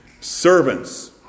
Servants